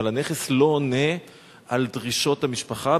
אבל הנכס לא עונה על דרישות המשפחה,